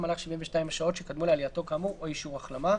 במהלך 72 השעות שקדמו לעלייתו כאמור או אישור החלמה,